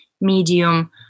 medium